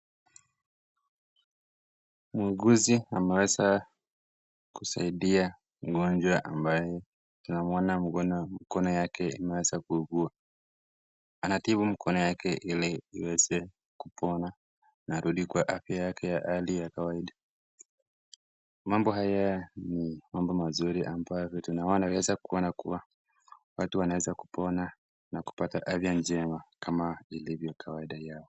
Muuguzi ameweza kusaidia magojwa ambaye anaonekana kuwa mkono yake imeweza kuugua. Anatibu mkono yake Ili iweze kupona na arudi kwa afya yake ya Hali ya kawaida . Mambo haya ni mambo mazuri ambayo tunaweza Kuona kuwa watu wanaweza kupona na kupata afya njema kama tulivyo ona.